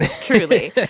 Truly